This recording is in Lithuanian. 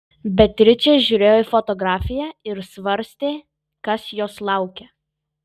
beatričė žiūrėjo į fotografiją ir svarstė kas jos laukia